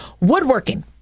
Woodworking